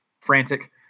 frantic